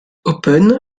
open